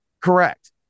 Correct